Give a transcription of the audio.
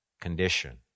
condition